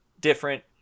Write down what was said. different